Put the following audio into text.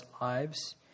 lives